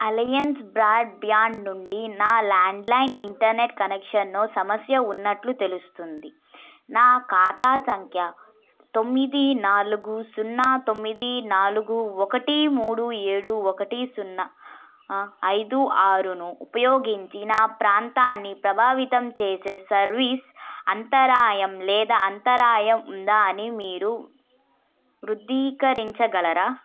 alliance broadband నుండి నా landline internet కనెక్షన్లో సమస్య ఉన్నట్లు తెలుస్తుంది నా ఖాతా సంఖ్య తొమ్మిది నాలుగు సున్నా తొమ్మిది నాలుగు ఒకటి మూడు ఏడు ఒకటి సున్నా ఐదు ఆరును ఉపయోగించి నా ప్రాంతాన్ని ప్రభావితం చేసే సర్వీస్ అంతరాయం లేదా అంతరాయం ఉందా అని మీరు ధృవీకరించగలరా